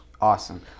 Awesome